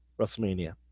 WrestleMania